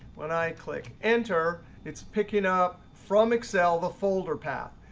when i click enter, it's picking up from excel the folder path.